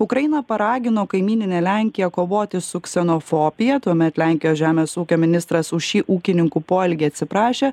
ukraina paragino kaimyninę lenkiją kovoti su ksenofobija tuomet lenkijos žemės ūkio ministras už šį ūkininkų poelgį atsiprašė